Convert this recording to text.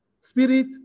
spirit